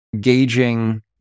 gauging